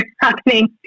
happening